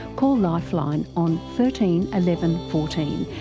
call lifeline on thirteen eleven fourteen,